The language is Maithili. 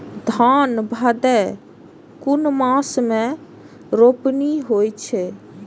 धान भदेय कुन मास में रोपनी होय छै?